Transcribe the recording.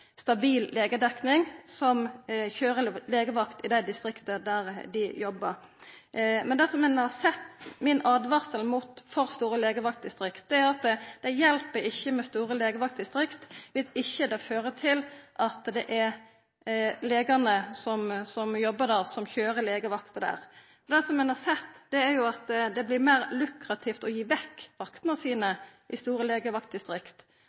stabil legedekning som køyrer legevakt i dei distrikta der dei jobber. Men mi åtvaring mot for store legevaktdistrikt er at det ikkje hjelp viss det ikkje fører til at det er legane som jobber der, som køyrer legevakt. Det ein har sett, er at det vert meir lukrativt å gi vekk vaktane sine i store legevaktdistrikt,